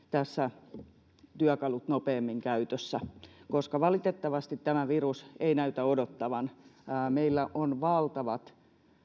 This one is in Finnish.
tässä työkalut nopeammin käytössä koska valitettavasti tämä virus ei näytä odottavan meillä on valtavat